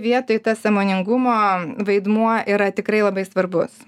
vietoj tas sąmoningumo vaidmuo yra tikrai labai svarbus